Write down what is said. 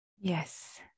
yes